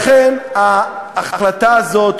לכן ההחלטה הזאת,